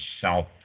South